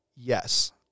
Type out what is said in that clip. Yes